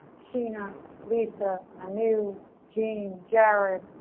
sheena lisa, a new gene jared.